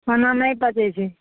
खाना नहि पचै छै